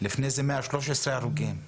לפני זה 113 הרוגים,